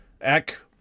Eck